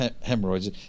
hemorrhoids